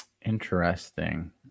Interesting